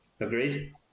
Agreed